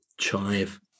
chive